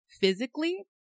physically